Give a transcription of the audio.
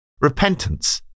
Repentance